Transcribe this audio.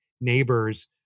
neighbors